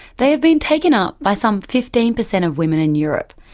they have been taken up by some fifteen percent of women in europe.